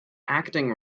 acting